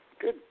Good